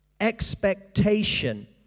expectation